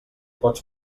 pots